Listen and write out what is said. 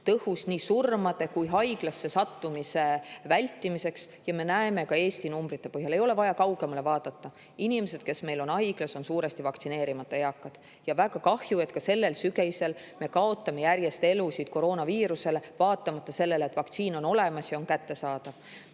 tõhus nii surmade kui haiglasse sattumise vältimiseks, ja me näeme seda ka Eesti numbrite põhjal, ei ole vaja kaugemale vaadata. Inimesed, kes meil haiglas on, on enamalt jaolt vaktsineerimata eakad. Ja väga kahju, et ka sellel sügisel me kaotasime elusid koroonaviirusele, vaatamata sellele, et vaktsiin on olemas ja on kättesaadav. Ütleksin